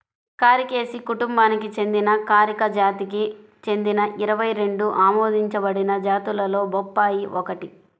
కారికేసి కుటుంబానికి చెందిన కారికా జాతికి చెందిన ఇరవై రెండు ఆమోదించబడిన జాతులలో బొప్పాయి ఒకటి